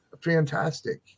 fantastic